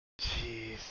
Jeez